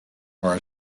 are